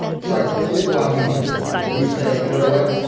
so i get why he was doing it. you saying, you know what?